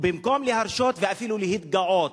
ובמקום להרשות ואפילו להתגאות